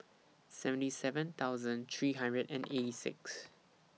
seventy seven thousand three hundred and eighty six